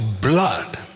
blood